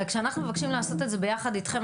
וכשאנחנו מבקשים לעשות את זה ביחד איתכם,